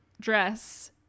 dress